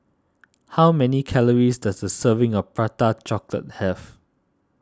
how many calories does a serving of Prata Chocolate have